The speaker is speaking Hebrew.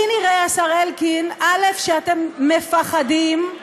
לי נראה, השר אלקין, שאתם מ-פ-ח-דים,